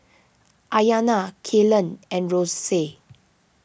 Aryanna Kaylen and Rosey